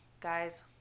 guys